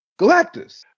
Galactus